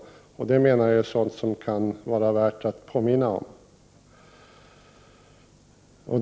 Jag menar att detta är sådant som det kan vara värt att påminna om.